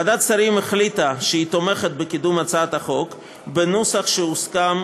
ועדת השרים החליטה שהיא תומכת בקידום הצעת החוק בנוסח שהוסכם,